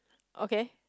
okay